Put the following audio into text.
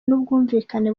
n’ubwumvikane